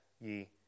ye